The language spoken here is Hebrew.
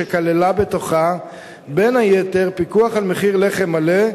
שכללה בתוכה בין היתר פיקוח על מחיר לחם מלא,